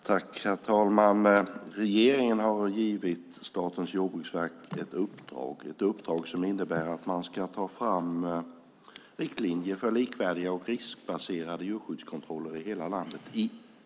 Herr talman! Regeringen har givit Statens jordbruksverk ett uppdrag. Det är ett uppdrag som innebär att man ska ta fram riktlinjer för likvärdiga och riksbaserade djurskyddskontroller i hela landet.